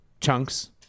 chunks